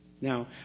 Now